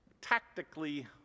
tactically